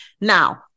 Now